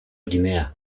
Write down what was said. guinea